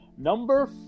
Number